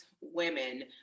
women